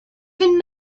than